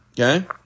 Okay